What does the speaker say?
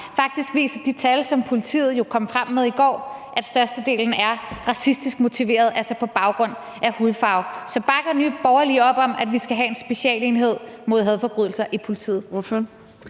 Faktisk viser de tal, som politiet jo kom frem med i går, at størstedelen er racistisk motiveret, altså på baggrund af hudfarve. Så bakker Nye Borgerlige op om, at vi skal have en specialenhed i politiet